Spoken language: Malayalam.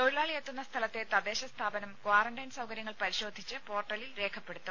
തൊഴിലാളി എത്തുന്ന സ്ഥലത്തെ തദ്ദേശ സ്ഥാപനം ക്വാറന്റൈൻ സൌകര്യങ്ങൾ പരിശോധിച്ച് പോർട്ടലിൽ രേഖപ്പെടുത്തും